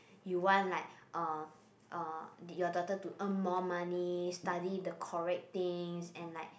you want like uh uh your daughter to earn more money study the correct things and like